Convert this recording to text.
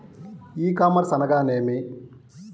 ఈ కామర్స్ అనగానేమి?